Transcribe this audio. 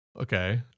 Okay